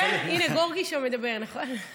כן, הינה גיורגי שם מדבר, נכון.